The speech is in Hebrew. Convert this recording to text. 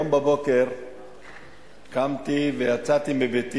היום בבוקר קמתי ויצאתי מביתי